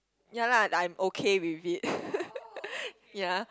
ya lah I'm okay with it ya